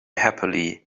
happily